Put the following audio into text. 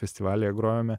festivalyje grojome